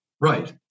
Right